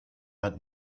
hat